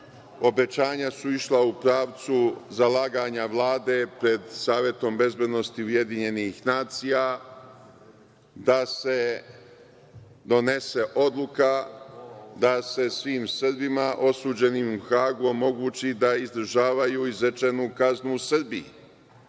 Obećanja su išla u pravcu zalaganja Vlade pred Savetom bezbednosti UN da se donese odluka da se svim Srbima osuđenim u Hagu omogući da izdržavaju izrečenu kaznu u Srbiji.